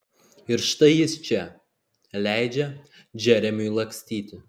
ir štai jis čia leidžia džeremiui lakstyti